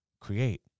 create